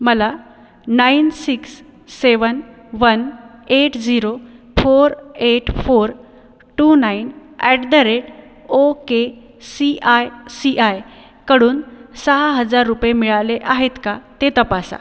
मला nine six seven one eight zero four eight four two nine at the rate okay C I C आयकडून सहा हजार रुपये मिळाले आहेत का ते तपासा